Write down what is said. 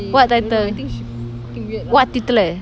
what title what title